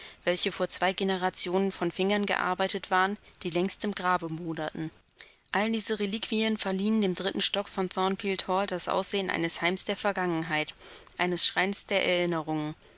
welche vor zwei generationen von fingern gearbeitet waren die längst im grabe moderten all diese reliquien verliehen dem dritten stockwerk von thornfield hall das aussehen eines heims der vergangenheit eines schreins der erinnerungen